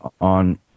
on